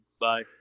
Bye